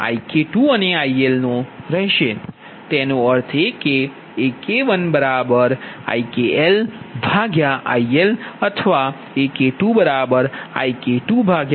તેનો અર્થકે AK1IK1 IL અથવા AK2IK2 IL તેઓ વાસ્તવિક જથ્થો બની જશે